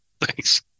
Thanks